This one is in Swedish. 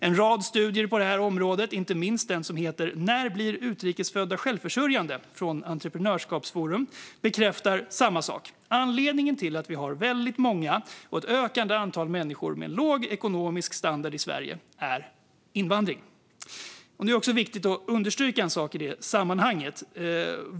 En rad studier på detta område, inte minst en som heter När blir utrikesfödda självförsörjande? från Entreprenörskapsforum, bekräftar samma sak. Anledningen till att vi har väldigt många och ett ökande antal människor med låg ekonomisk standard i Sverige är invandring. Det är viktigt att understryka en sak i detta sammanhang.